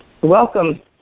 Welcome